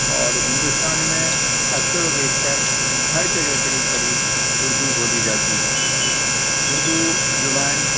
اور ہندوستان میں اکثر و بیشتر ہر جگہ قریب قریب اردو بولی جاتی ہے اردو زبان